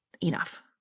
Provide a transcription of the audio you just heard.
enough